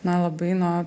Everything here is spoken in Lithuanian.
na labai nuo